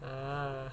ah